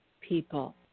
people